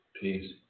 Peace